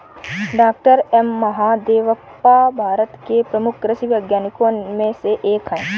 doctor M Mahadevappa Bharat के प्रमुख कृषि वैज्ञानिकों में से एक हैं